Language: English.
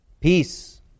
peace